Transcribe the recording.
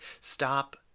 stop